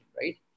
right